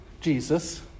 Jesus